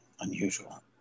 unusual